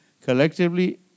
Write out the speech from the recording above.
collectively